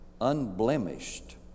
unblemished